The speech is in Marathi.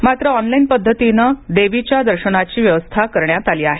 मात्र ऑनलाइन पद्धतीने देवीच्या दर्शनाची व्यवस्था करण्यात आली आहे